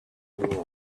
rule